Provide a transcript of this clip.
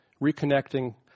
reconnecting